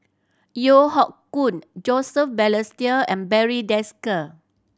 Yeo Hoe Koon Joseph Balestier and Barry Desker